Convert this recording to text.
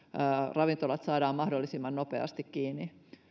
ravintolat saadaan mahdollisimman nopeasti kiinni